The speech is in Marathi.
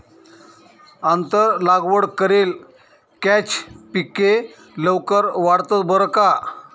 आंतर लागवड करेल कॅच पिके लवकर वाढतंस बरं का